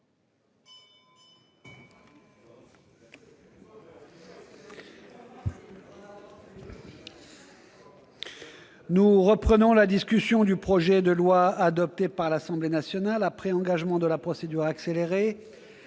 Nous reprenons la discussion du projet de loi, adopté par l'Assemblée nationale après engagement de la procédure accélérée,